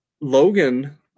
Logan